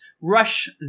rush